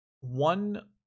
one